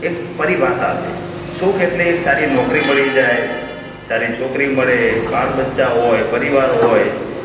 એક પરિભાષા છે સુખ એટલે એક સારી નોકરી મળી જાય સારી છોકરી મળે બાલ બચ્ચાં હોય પરિવાર હોય